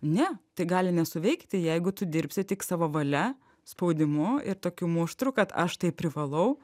ne tai gali nesuveikti jeigu tu dirbsi tik savo valia spaudimu ir tokiu muštru kad aš tai privalau